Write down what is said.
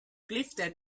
clifton